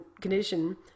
condition